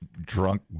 drunk